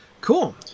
Cool